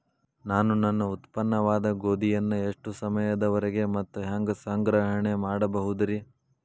ನಾನು ನನ್ನ ಉತ್ಪನ್ನವಾದ ಗೋಧಿಯನ್ನ ಎಷ್ಟು ಸಮಯದವರೆಗೆ ಮತ್ತ ಹ್ಯಾಂಗ ಸಂಗ್ರಹಣೆ ಮಾಡಬಹುದುರೇ?